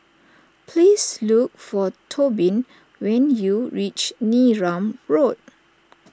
please look for Tobin when you reach Neram Road